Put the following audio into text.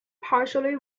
partially